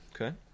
Okay